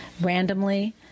randomly